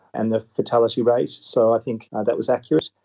and the fatality rate, so i think that was accurate.